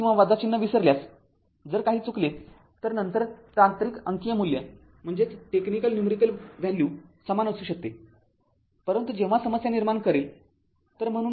चिन्ह किंवा चिन्ह विसरल्यास जर काही चुकले तरनंतर तांत्रिक अंकीय मूल्य समान असू शकते परंतु चिन्ह समस्या निर्माण करेल